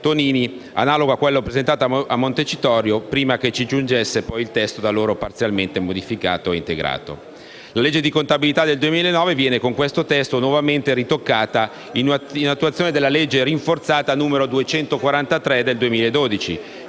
la legge di contabilità del 2009 viene nuovamente ritoccata in attuazione della legge rinforzata n. 243 del 2012,